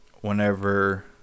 whenever